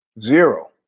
Zero